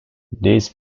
these